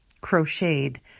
crocheted